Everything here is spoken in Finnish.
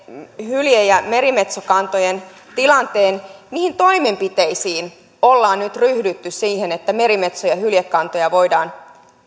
hylje ja merimetsokantojen tilanteen mihin toimenpiteisiin ollaan nyt ryhdytty siinä että merimetso ja ja hyljekantoja voidaan